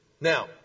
Now